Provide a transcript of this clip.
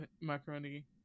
macaroni